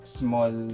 small